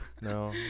no